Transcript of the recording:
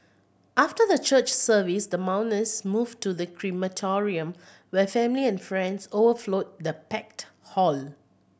after the church service the mourners moved to the crematorium where family and friends overflowed the packed hall